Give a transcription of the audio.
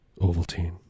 Ovaltine